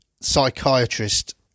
psychiatrist